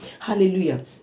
Hallelujah